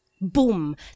boom